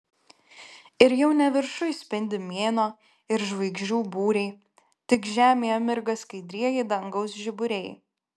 ir jau ne viršuj spindi mėnuo ir žvaigždžių būriai tik žemėje mirga skaidrieji dangaus žiburiai